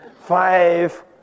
Five